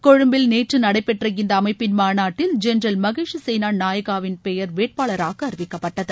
கொழும்பில் நேற்று நடைபெற்ற இந்த அமைப்பின் மாநாட்டில் ஜென்ரல் மகேஷ் சேனா நாயகாவின் பெயர் வேட்பாளராக அறிவிக்கப்பட்டது